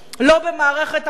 לא במערכת החוק.